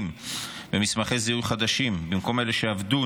במסמכי זיהוי חדשים במקום אלה שאבדו,